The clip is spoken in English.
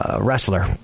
Wrestler